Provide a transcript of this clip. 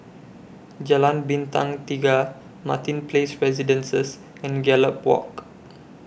Jalan Bintang Tiga Martin Place Residences and Gallop Walk